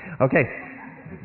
Okay